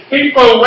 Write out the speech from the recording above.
People